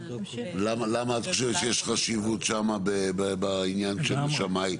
למה את חושבת שיש חשיבות שם בעניין של שמאי?